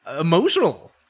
emotional